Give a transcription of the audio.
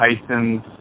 Tyson's